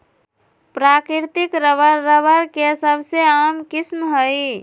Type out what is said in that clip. प्राकृतिक rubber, rubber के सबसे आम किस्म हई